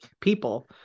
people